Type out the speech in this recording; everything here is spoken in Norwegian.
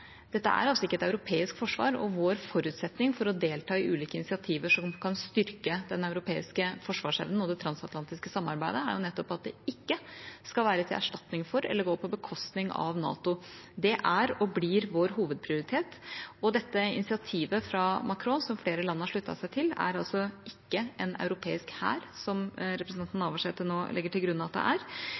og vår forutsetning for å delta i ulike initiativ som kan styrke den europeiske forsvarsevnen og det transatlantiske samarbeidet, er jo nettopp at det ikke skal være til erstatning for eller gå på bekostning av NATO. Det er og blir vår hovedprioritet, og dette initiativet fra Macron, som flere land har sluttet seg til, er ikke en europeisk hær, som representanten Navarsete nå legger til grunn at det er.